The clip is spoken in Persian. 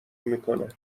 میکنه